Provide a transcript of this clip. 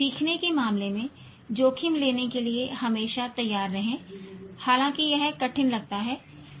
सीखने के मामले में जोखिम लेने के लिए हमेशा तैयार रहें हालांकि यह कठिन लगता है